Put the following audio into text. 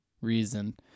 reason